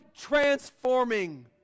Transforming